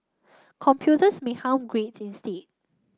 computers may harm grades instead